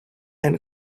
and